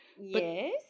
Yes